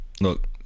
look